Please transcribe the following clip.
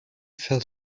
fell